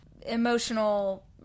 emotional